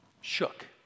shook